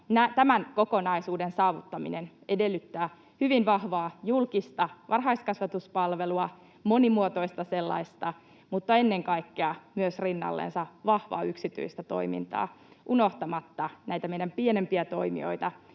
tämän kokonaisuuden saavuttaminen edellyttää hyvin vahvaa julkista varhaiskasvatuspalvelua, monimuotoista sellaista, mutta ennen kaikkea myös rinnallensa vahvaa yksityistä toimintaa unohtamatta näitä meidän pienempiä toimijoita,